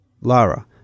Lara